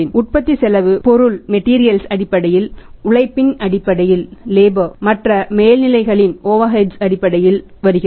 உற்பத்திச் செலவு பொருள் அடிப்படையில் உழைப்பின் அடிப்படையில் மற்ற ஓவர்ஹிட்ஸ் அடிப்படையில் வருகிறது